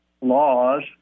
laws